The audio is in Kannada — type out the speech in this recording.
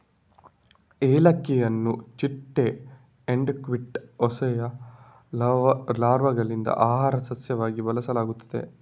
ಏಲಕ್ಕಿಯನ್ನು ಚಿಟ್ಟೆ ಎಂಡೋಕ್ಲಿಟಾ ಹೋಸೆಯ ಲಾರ್ವಾಗಳಿಂದ ಆಹಾರ ಸಸ್ಯವಾಗಿ ಬಳಸಲಾಗುತ್ತದೆ